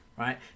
right